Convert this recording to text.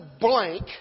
blank